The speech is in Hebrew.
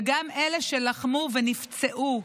וגם אלה שלחמו ונפצעו,